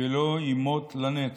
שלא יימוט לנצח.